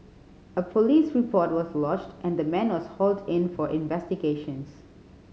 a police report was lodged and the man was hauled in for investigations